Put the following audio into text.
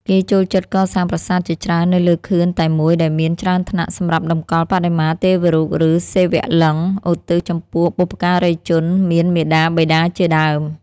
គេចូលចិត្តកសាងប្រាសាទជាច្រើននៅលើខឿនតែមួយដែលមានច្រើនថ្នាក់ សម្រាប់តម្កល់បដិមាទេវរូប ឬ សិវលិង្គ ឧទ្ទិសចំពោះបុព្វការីជន មាន មាតាបិតាជាដើម។